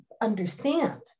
understand